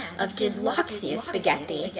of did loxias beget thee,